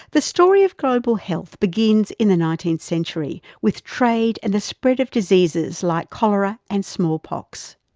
the story of globally health begins in the nineteenth century with trade and the spread of diseases like cholera and smallpox.